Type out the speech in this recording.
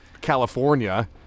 California